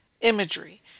Imagery